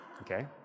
Okay